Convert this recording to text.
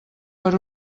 per